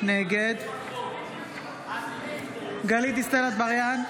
נגד גלית דיסטל אטבריאן,